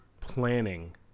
planning